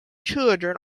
children